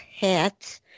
hats